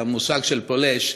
המושג של פולש.